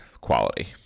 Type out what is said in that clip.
quality